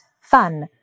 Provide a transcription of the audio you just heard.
fun